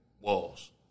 Walls